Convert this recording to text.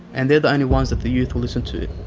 and they're the only ones that the youth will listen to.